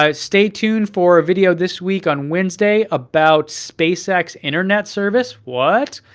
um stay tuned for a video this week on wednesday about spacex internet service. what?